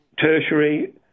tertiary